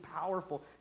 powerful